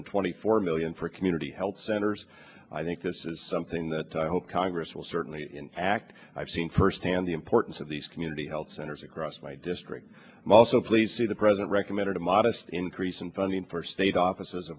hundred twenty four million for community health centers i think this is something that i hope congress will certainly act i've seen firsthand the importance of these community health centers across my district i'm also pleased to the present recommended a modest increase in funding for state offices